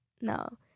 no